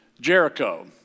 Jericho